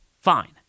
Fine